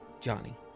Johnny